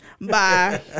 bye